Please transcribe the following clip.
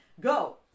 go